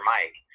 Mike